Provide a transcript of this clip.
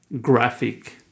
graphic